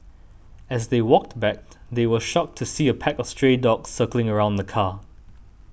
as they walked back they were shocked to see a pack of stray dogs circling around the car